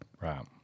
Right